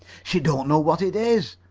she don't know what it is,